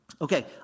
Okay